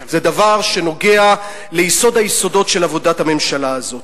זה דבר שנוגע ליסוד היסודות של עבודת הממשלה הזאת.